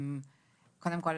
קודם כל,